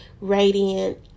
radiant